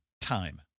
time